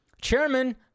chairman